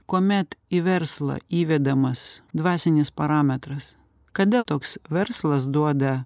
kuomet į verslą įvedamas dvasinis parametras kada toks verslas duoda